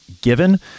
given